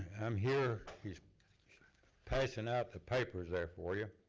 i'm here here passing out the papers there for ya.